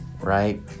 right